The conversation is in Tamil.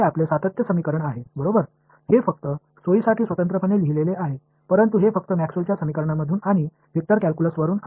எனவே இது உங்கள் தொடர்ச்சியான சமன்பாடு இது வசதிக்காக தனித்தனியாக எழுதப்பட்டுள்ளது ஆனால் இது மேக்ஸ்வெல்லின் Maxwell's சமன்பாடுகள் மற்றும் வெக்டர் கால்குலஸில் இருந்து வருகிறது